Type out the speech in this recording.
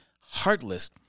heartless